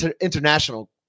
international